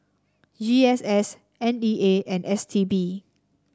G S S N E A and S T B